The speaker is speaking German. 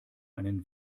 einen